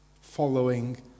following